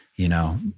you know.